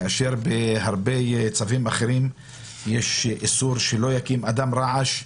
כאשר בהרבה צווים אחרים יש איסור האומר שלא יקים אדם רעש,